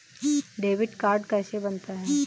Debit card कैसे बनता है?